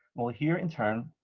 we'll hear, in turn,